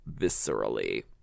viscerally